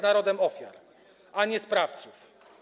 narodem ofiar, a nie sprawców.